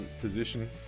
position